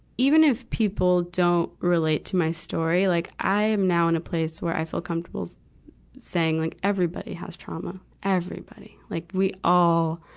even if people don't relate to my story, like i'm now in a place where i feel comfortable saying like everybody has trauma. everybody. like we all,